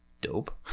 dope